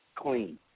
Clean